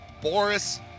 boris